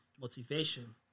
motivation